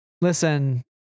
Listen